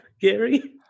Gary